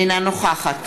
אינה נוכחת